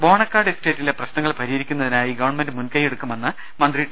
ബോണക്കാട് എസ്റ്റേറ്റിലെ പ്രശ്നങ്ങൾ പരിഹരിക്കുന്നതിനായി ഗവൺ മെന്റ് മുൻകൈ യ്യെ ടു ക്കു മെന്ന് മ ്രന്തി ടി